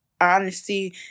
honesty